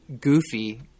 goofy